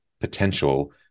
potential